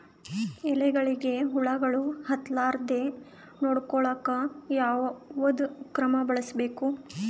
ಎಲೆಗಳಿಗ ಹುಳಾಗಳು ಹತಲಾರದೆ ನೊಡಕೊಳುಕ ಯಾವದ ಕ್ರಮ ಬಳಸಬೇಕು?